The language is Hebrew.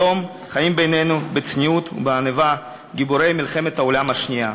היום חיים בינינו בצניעות ובענווה גיבורי מלחמת העולם השנייה.